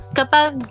kapag